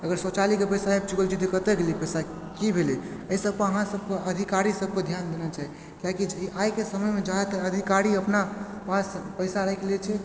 अगर शौचालयके पैसा आबि चुकल छै तऽ कतय गेलय पैसा की भेलय अइ सबपर अहाँ सबके अधिकारी सबके ध्यान देना चाही किएक कि आइके समयमे जादातर अधिकारी अपना पास पैसा राखि लै छै